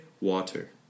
water